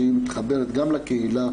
שהיא מתחברת גם לקהילה,